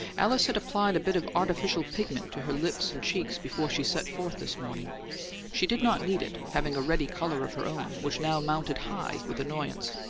alice had applied a bit of artificial pigment to her lips and cheeks before she set forth this morning she did not need it, having a ready colour of her own, which now mounted high with annoyance.